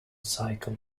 cycle